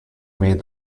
made